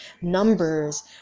numbers